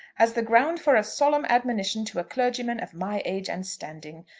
as the ground for a solemn admonition to a clergyman of my age and standing?